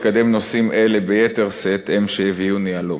לקדם נושאים אלה ביתר שאת הם שהביאוני הלום.